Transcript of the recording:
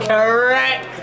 Correct